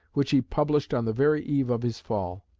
which he published on the very eve of his fall.